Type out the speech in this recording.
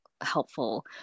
helpful